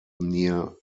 near